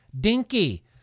Dinky